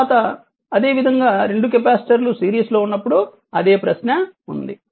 తరువాత అదేవిధంగా రెండు కెపాసిటర్లు సిరీస్లో ఉన్నప్పుడు అదే ప్రశ్న ఉంది